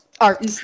art